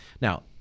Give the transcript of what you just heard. Now